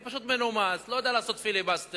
אני פשוט מנומס, לא יודע לעשות פיליבסטרים,